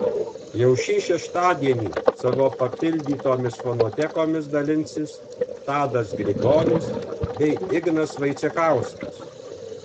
jau šį šeštadienį savo papildytomis fonotekomis dalinsis tadas grigonis bei ignas vaicekauskas